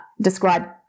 describe